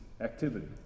activity